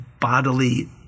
bodily